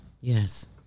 Yes